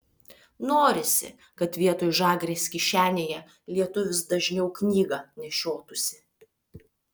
norisi kad vietoj žagrės kišenėje lietuvis dažniau knygą nešiotųsi